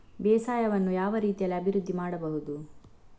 ಬೇಸಾಯವನ್ನು ಯಾವ ರೀತಿಯಲ್ಲಿ ಅಭಿವೃದ್ಧಿ ಮಾಡಬಹುದು?